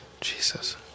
Jesus